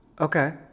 Okay